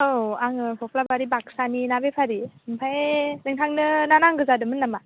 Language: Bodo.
औ आङो कक्लाबारि बाकसानि ना बेफारि ओमफ्राय नोंथांनो ना नांगौ जादोंमोन नामा